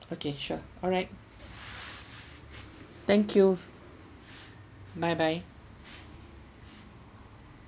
okay sure alright thank you bye bye